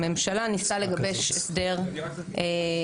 הממשלה ניסתה לגבש הסדר מאוזן.